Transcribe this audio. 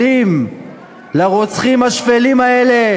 לרוצחים השפלים האלה,